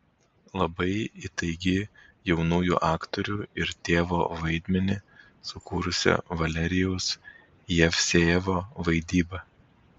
labai įtaigi jaunųjų aktorių ir tėvo vaidmenį sukūrusio valerijaus jevsejevo vaidyba